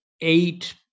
eight